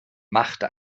machte